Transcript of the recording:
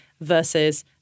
versus